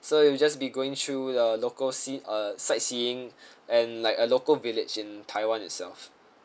so you will just be going through the local sce~ uh sightseeing and like a local village in taiwan itself